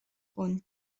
rhône